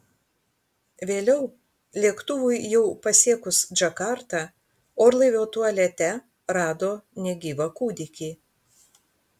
vėliau lėktuvui jau pasiekus džakartą orlaivio tualete rado negyvą kūdikį